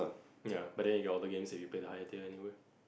ya but then you get all the games if you pay the higher tier anyway